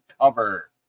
cover